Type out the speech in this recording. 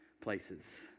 places